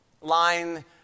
line